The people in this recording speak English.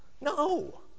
No